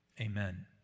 Amen